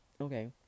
okay